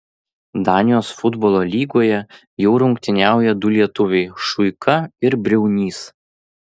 danijos futbolo lygoje jau rungtyniauja du lietuviai šuika ir briaunys